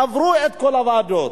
עברו את כל הוועדות.